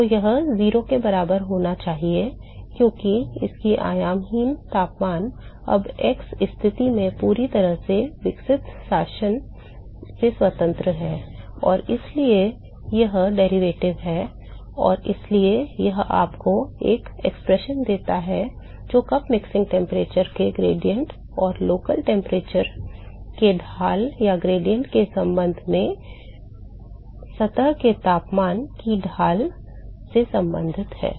और यह 0 के बराबर होना चाहिए क्योंकि आयामहीन तापमान अब x स्थिति से पूरी तरह से विकसित शासन से स्वतंत्र है और इसलिए यह व्युत्पन्न 0 है और इसलिए यह आपको एक अभिव्यक्ति देता है जो कप मिश्रण तापमान के ढाल और स्थानीय तापमान के ढाल के संबंध में सतह के तापमान surface temperature की ढाल से संबंधित है